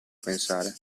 pensare